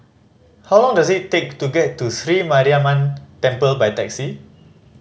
how long does it take to get to Sri Mariamman Temple by taxi